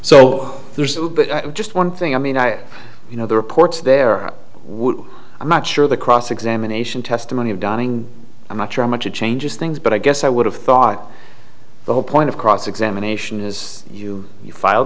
so there's just one thing i mean i you know the reports there are i'm not sure the cross examination testimony of donning i'm not sure how much it changes things but i guess i would have thought the whole point of cross examination is you file